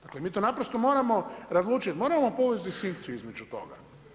Dakle, mi to naprosto moramo razlučiti, moramo povesti distinkciju između toga.